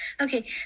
Okay